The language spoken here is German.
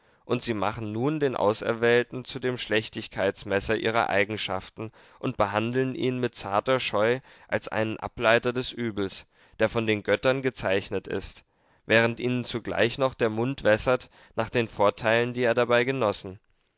und sie machen nun den auserwählten zu dem schlechtigkeitsmesser ihrer eigenschaften und behandeln ihn mit zarter scheu als einen ableiter des übels der von den göttern gezeichnet ist während ihnen zugleich noch der mund wässert nach den vorteilen die er dabei genossen